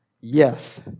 Yes